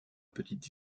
petite